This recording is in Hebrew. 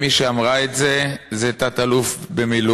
מי שאמרה את זה היא תת-אלוף במילואים,